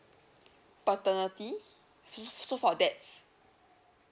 paternity so for that's